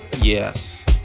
Yes